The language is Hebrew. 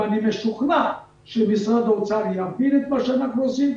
ואני משוכנע שמשרד האוצר יבין את מה שאנחנו עושים,